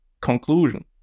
conclusion